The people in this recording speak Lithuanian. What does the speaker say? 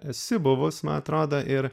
esi buvus man atrodo ir